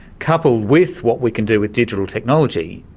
coupled with what we can do with digital technology,